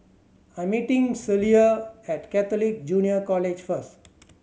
I'm meeting Celia at Catholic Junior College first